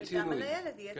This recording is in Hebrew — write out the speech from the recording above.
מיצינו את זה.